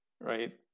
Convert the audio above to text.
right